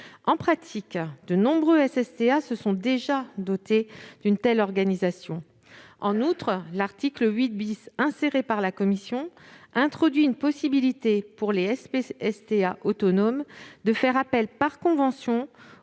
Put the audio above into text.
En pratique, de nombreux SPSTA se sont déjà dotés d'une telle organisation. En outre, l'article 8 inséré par la commission introduit une possibilité pour les SPSTA de faire appel par convention